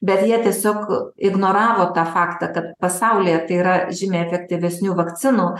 bet jie tiesiog ignoravo tą faktą kad pasaulyje tai yra žymiai efektyvesnių vakcinų